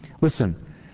Listen